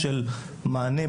בצמידות לוועדה הקודמת,